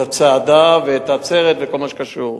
את הצעדה ואת העצרת וכל מה שקשור.